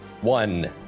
one